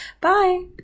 bye